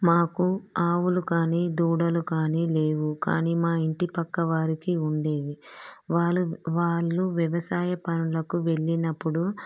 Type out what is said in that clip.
మాకు ఆవులు కానీ దూడలు కానీ లేవు కానీ మా ఇంటి పక్క వారికి ఉండేవి వాళ్ళు వాళ్ళు వ్యవసాయ పనులకు వెళ్ళినప్పుడు